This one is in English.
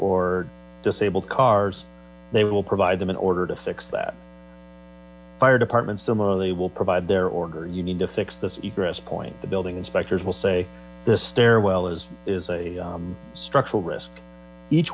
or disabled cars they will provide them in order to fix that fire department similarly will provide their order you need to fix this egress point the building inspectors will say this stairwell is is a structural risk each